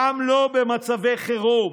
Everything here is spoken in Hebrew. גם לא במצבי חירום.